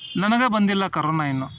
ನನಗೆ ಬಂದಿಲ್ಲ ಕರೋನಾ ಇನ್ನೂ